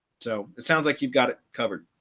so it sounds like you've got it covered.